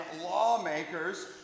lawmakers